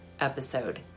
episode